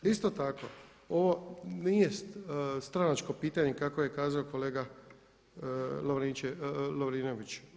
Isto tako ovo nije stranačko pitanje kako je kazao kolega Lovrinović.